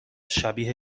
شبیه